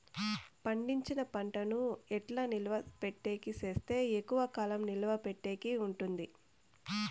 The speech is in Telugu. పండించిన పంట ను ఎట్లా నిలువ పెట్టేకి సేస్తే ఎక్కువగా కాలం నిలువ పెట్టేకి ఉంటుంది?